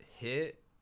Hit